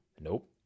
Nope